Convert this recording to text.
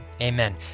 Amen